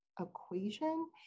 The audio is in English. Equation